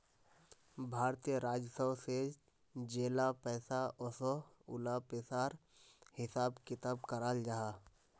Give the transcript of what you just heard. भारतीय राजस्व से जेला पैसा ओसोह उला पिसार हिसाब किताब कराल जाहा